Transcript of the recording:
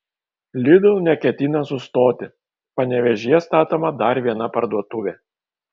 lidl neketina sustoti panevėžyje statoma dar viena parduotuvė